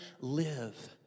live